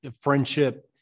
friendship